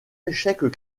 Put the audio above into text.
échecs